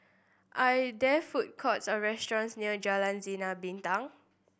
are there food courts or restaurants near Jalan Sinar Bintang